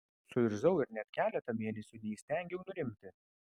suirzau ir net keletą mėnesių neįstengiau nurimti